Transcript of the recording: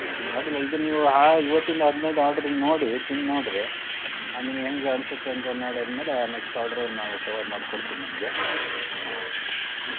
ಹ್ಞೂ ಅಡ್ಡಿಯಿಲ್ಲ ಇದು ನೀವು ಹಾ ಇವತ್ತಿಂದು ಹದಿನೈದು ಆರ್ಡ್ರ್ ನೋಡಿ ತಿಂದು ನೋಡಿರಿ ನಿಮಗೆ ಹೇಗೆ ಅನಿಸುತ್ತೆ ಅಂತ ನೋಡಿ ಆದಮೇಲೆ ನೆಕ್ಸ್ಟ್ ಆರ್ಡ್ರು ನಾವು ಕವರ್ ಮಾಡ್ಕೊಡ್ತೀನಿ ನಿಮಗೆ ಆ ಹ್ಞೂ